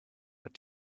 but